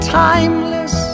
timeless